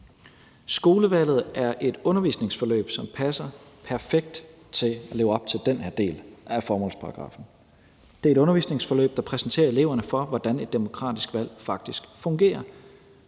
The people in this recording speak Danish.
Skolevalget er et undervisningsforløb, som passer perfekt til at leve op til den her del af formålsparagraffen. Det er et undervisningsforløb, der præsenterer eleverne for, hvordan et demokratisk valg faktisk fungerer,